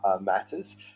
matters